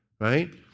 right